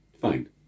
Fine